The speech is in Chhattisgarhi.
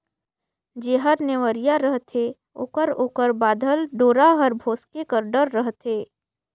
जेहर नेवरिया रहथे ओकर ओकर बाधल डोरा हर भोसके कर डर रहथे